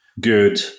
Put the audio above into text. good